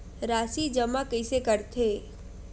राशि जमा कइसे करथे?